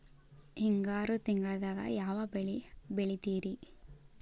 ಹಿಂಗಾರು ತಿಂಗಳದಾಗ ಯಾವ ಬೆಳೆ ಬೆಳಿತಿರಿ?